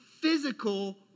physical